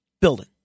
building